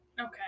Okay